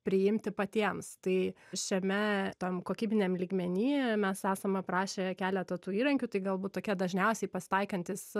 priimti patiems tai šiame tam kokybiniam lygmeny mes esam aprašę keleta tų įrankių tai galbūt tokie dažniausiai pasitaikantys